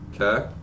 Okay